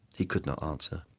he could not answer.